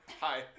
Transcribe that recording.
Hi